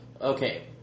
Okay